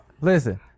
listen